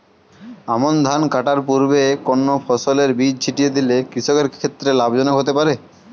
আমন ধান কাটার পূর্বে কোন ফসলের বীজ ছিটিয়ে দিলে কৃষকের ক্ষেত্রে লাভজনক হতে পারে?